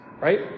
Right